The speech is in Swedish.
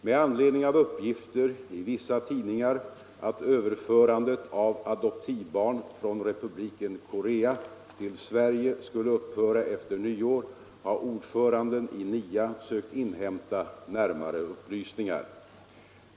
Med anledning av uppgifter i vissa tidningar att överförandet av adoptivbarn från Republiken Korea till Sverige skulle upphöra efter nyår har ordföranden i NIA sökt inhämta närmare upplysningar.